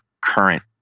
current